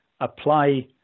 apply